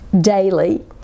Daily